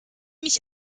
mich